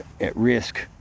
at-risk